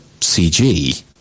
CG